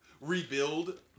rebuild